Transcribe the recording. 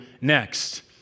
next